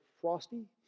frosty